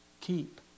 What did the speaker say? Keep